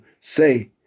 say